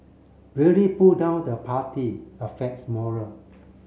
really pull down the party affects morale